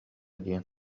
диэн